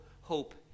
hope